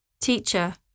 Teacher